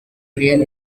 real